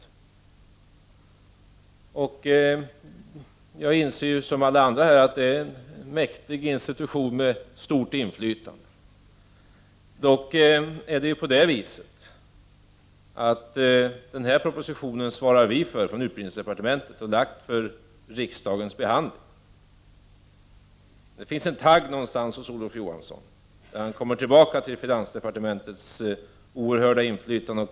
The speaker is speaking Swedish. Som alla andra inser jag att det är en mäktig institution med stort inflytande. Det är dock så att det är vi i utbildningsdepartementet som svarar för den här propositionen, som förelagts riksdagen för behandling. Det måste finnas en tagg någonstans i Olof Johansson, då han på detta sätt kommer tillbaka till finansdepartementets oerhörda inflytande.